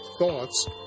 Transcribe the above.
thoughts